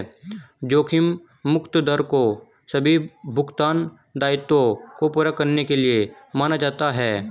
जोखिम मुक्त दर को सभी भुगतान दायित्वों को पूरा करने के लिए माना जाता है